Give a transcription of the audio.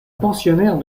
pensionnaire